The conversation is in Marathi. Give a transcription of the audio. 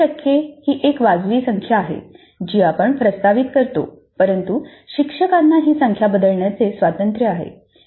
40 टक्के ही एक वाजवी संख्या आहे जी आपण प्रस्तावित करतो परंतु शिक्षकांना ही संख्या बदलण्याचे स्वातंत्र्य आहे